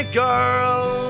girl